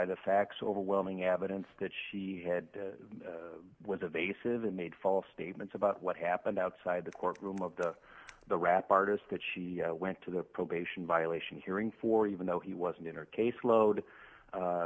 the facts overwhelming evidence that she had was evasive and made false statements about what happened outside the court room of the the rap artist that she went to the probation violation hearing for even though he wasn't in her caseload